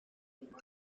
zivuga